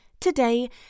today